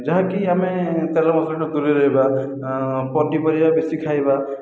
ଯାହାକି ଆମେ ତେଲ ମସଲା ଠୁ ଦୂରାଇ ରହିବା ପନିପରିବା ବେଶି ଖାଇବା